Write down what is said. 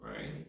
right